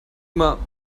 immer